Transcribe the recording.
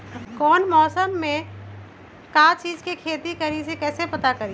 कौन मौसम में का चीज़ के खेती करी कईसे पता करी?